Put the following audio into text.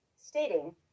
stating